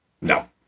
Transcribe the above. No